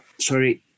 sorry